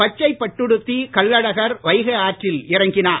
பச்சை பட்டுடுத்தி கள்ளழகர் வைகை ஆற்றில் இறங்கினார்